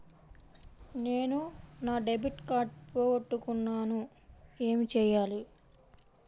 నేను నా debit card పోగొట్టుకున్నాను ఏమి చేయాలి?